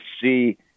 see